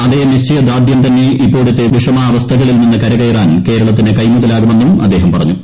അതേ നിശ്ചയദാർഢ്യം തന്നെ ഇപ്പോഴത്തെ വിഷമാവസ്ഥകളിൽ നിന്ന് കരകയറാൻ കേരളത്തിന് കൈമുതലാകുമെന്നും അദ്ദേഹം പറഞ്ഞു